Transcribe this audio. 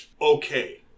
okay